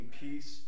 peace